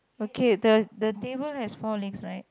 okay the the table has four legs right